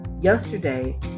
yesterday